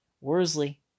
Worsley